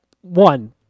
one